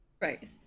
Right